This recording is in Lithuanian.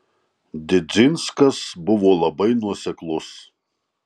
didzinskas buvo labai nuoseklus